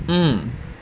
mm